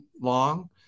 long